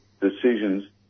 decisions